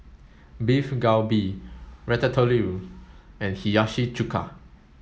Beef Galbi Ratatouille and Hiyashi Chuka